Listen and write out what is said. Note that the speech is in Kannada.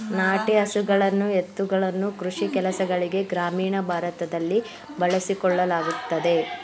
ನಾಟಿ ಹಸುಗಳನ್ನು ಎತ್ತುಗಳನ್ನು ಕೃಷಿ ಕೆಲಸಗಳಿಗೆ ಗ್ರಾಮೀಣ ಭಾಗದಲ್ಲಿ ಬಳಸಿಕೊಳ್ಳಲಾಗುತ್ತದೆ